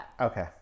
Okay